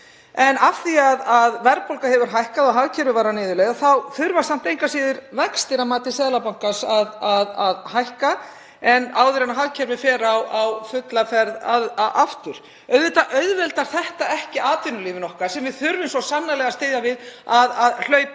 En af því að verðbólga hefur hækkað og hagkerfið er á niðurleið þá þurfa vextir engu að síður samt að hækka að mati Seðlabankans áður en hagkerfið fer á fulla ferð aftur. Auðvitað auðveldar þetta ekki atvinnulífinu okkar, sem við þurfum svo sannarlega að styðja við, að hlaupa